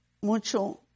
mucho